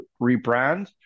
rebrand